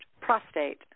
prostate